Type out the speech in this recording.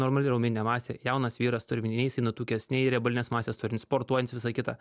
normali raumeninė masė jaunas vyras turiu omeny nei jisai nutukęs nei riebalinės masės turintis sportuojantis visa kita